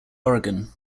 oregon